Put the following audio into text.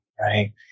right